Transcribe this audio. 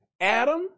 Adam